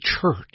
church